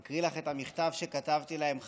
אני מקריא לך את המכתב שכתבתי להם בחזרה,